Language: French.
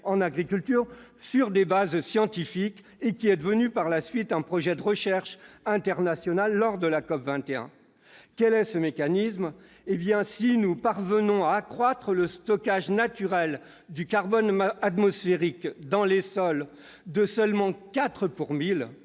en agriculture, sur des bases scientifiques, devenue, lors de la COP21, un projet de recherche internationale. Quel est ce mécanisme ? Si nous parvenons à accroître le stockage naturel du carbone atmosphérique dans les sols de seulement 4 pour 1000,